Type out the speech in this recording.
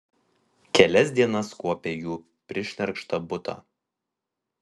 kelias dienas kuopė jų prišnerkštą butą